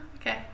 okay